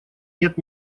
нет